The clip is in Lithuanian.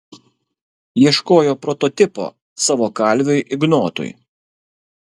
ieškojo prototipo savo kalviui ignotui